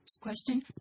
Question